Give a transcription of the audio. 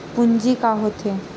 पूंजी का होथे?